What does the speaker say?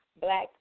Black